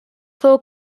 fou